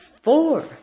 four